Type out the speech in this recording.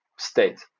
state